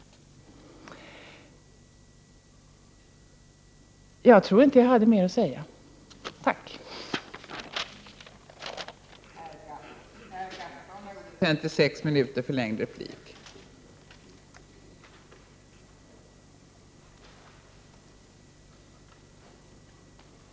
Jag tror inte att jag hade mer att säga. Tack!